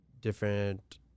different